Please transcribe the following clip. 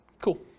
Cool